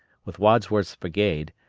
with wadsworth's brigade,